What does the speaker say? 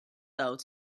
out